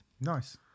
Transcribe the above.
nice